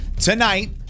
tonight